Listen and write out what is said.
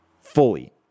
fully